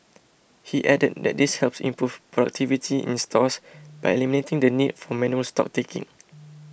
he added that this helps improve productivity in stores by eliminating the need for manual stock taking